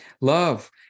Love